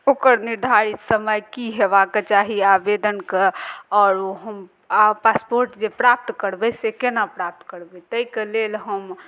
ओकर निर्धारित समय की हेबाक चाही आवेदनके आओर ओ हम आओर पासपोर्ट जे प्राप्त करबय से केना प्राप्त करबय तैके लेल हम